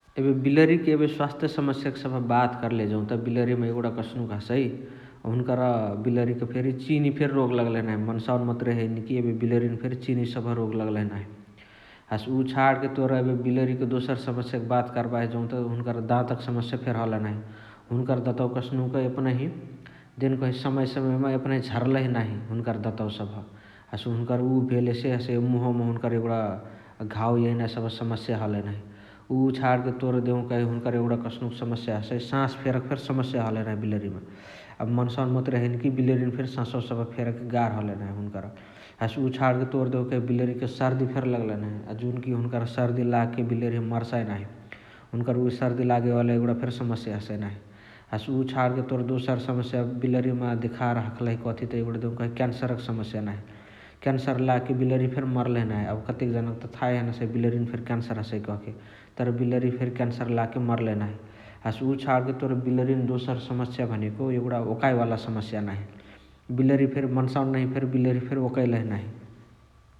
बिलरिक एबे स्वस्थ समस्याक सबह बात कर्ले जौत बिलरिमा एगुणा कस्नुक हसइ हुनुकर बिलरिक चिनी फेरी रोग लगलही मन्सावनी मतुरे हैने कि एबे बिलरिन फेरी चिनी सबह रोग लगलही नाही । हसे उअ छणके तोर एबे बिलरिक दोसर समस्याक बात कर्बाही जौत हुन्करा दातक समस्याक फेरी हलही नाही । हुनुकर दतवा कस्नुक एपनही देउनकही समयए समयए मा एपनही झरलही नाही हुनुकर दतवा सबह । हसे हुनुकर उ भेलेसे हसे मुहव मा एगुणा घाउ एइना सबह समस्याक हलही नाही । उ छणके तोर देउनकही हुन्कर एगुणा कस्नुक समस्याक सास फेरके फेरी समस्याक हलही नाही बिलरिमा । एबे मन्सावन मतुरे हैने कि बिलरिन फेरी ससवा फेरके गार्ह हलही नाही हुन्करा । हसे उ छणके तोर देउकही बिलरी हुन्करा सर्दी फेरी लगलही नाही । अ जुनकी हुन्कर सर्दी लागके बिलरिहा मर्साइ नाही । हुनुकर उ सर्दी लागेवाला फेरी समस्या हसइ नाही । हसे उ छणके दोसर समस्या बिलरिमा देखार हखलही कथी त एगुणा देउकही क्यान्सरक समस्याक नाही । क्यान्सर लागके बिलरी फेरी मर्लही नाही । एबे कतेक जनक त थाहे हैने हसइ बिलरिनी फेरी क्यान्सर हसइ कहके तर बिलरी फेरी क्यान्सर लागके मर्लही नाही । हसे उ छाणके बिलरिमा तोर दोसर समस्या भनेको एगुणा ओकए वाला समस्या नाही । बिलरी फेरी मन्सावन नहिया फेरी ओकैलही नाही ।